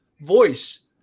voice